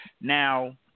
Now